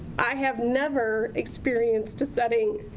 i have never experienced a setting